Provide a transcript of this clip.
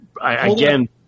again